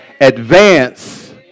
Advance